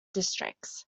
districts